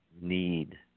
need